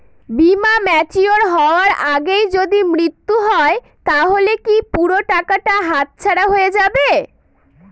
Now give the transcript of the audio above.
বীমা ম্যাচিওর হয়ার আগেই যদি মৃত্যু হয় তাহলে কি পুরো টাকাটা হাতছাড়া হয়ে যাবে?